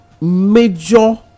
major